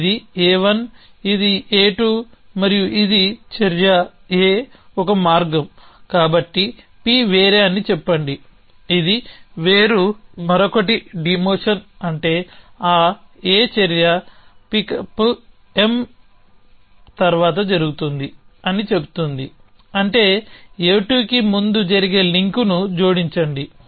ఇది A1 ఇది A2 మరియు ఇది చర్య A ఒక మార్గం కాబట్టి p వేరే అని చెప్పండి ఇది వేరు మరొకటి డిమోషన్ అంటే ఆ A చర్య ఈ Pickup తర్వాత జరుగుతుంది అని చెబుతుంది అంటే A2 కి ముందు జరిగే లింక్ని జోడించండి